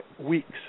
weeks